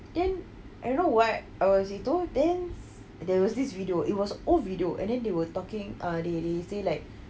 then I don't know what I was into there's was this video it was an old video then they were talking they say like